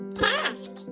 task